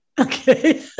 Okay